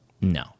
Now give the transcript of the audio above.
No